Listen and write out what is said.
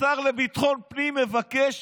השר לביטחון פנים מבקש